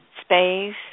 space